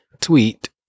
tweet